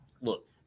Look